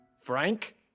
Frank